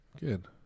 Good